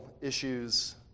issues